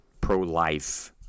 pro-life